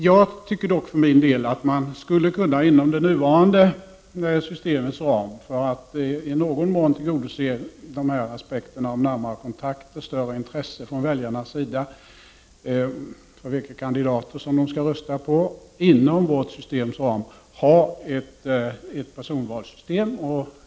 Jag tycker dock för min del att man inom det nuvarande systemets ram, för att i någon mån tillgodose aspekterna om närmare kontakter och större intresse från väljarnas sida för vilka kandidater som de skall rösta på, skulle kunna ha en ordning med personval.